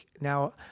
now